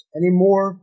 anymore